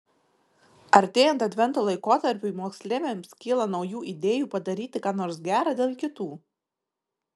artėjant advento laikotarpiui moksleiviams kyla naujų idėjų padaryti ką nors gera dėl kitų